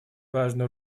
важную